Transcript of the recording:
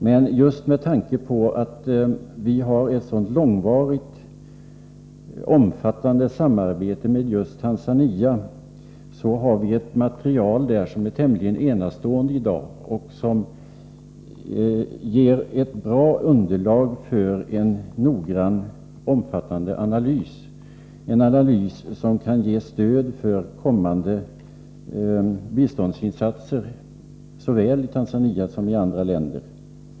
Men just med tanke på att vi har ett sådant långvarigt, omfattande samarbete med Tanzania har vi där i dag ett material som är tämligen enastående och som ger ett bra underlag för en noggrann, omfattande analys, en analys som kan ge stöd för kommande biståndsinsatser såväl i Tanzania som i andra länder.